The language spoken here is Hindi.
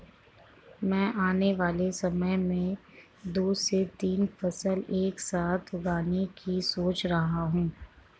मैं आने वाले समय में दो से तीन फसल एक साथ उगाने की सोच रहा हूं